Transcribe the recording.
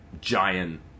giant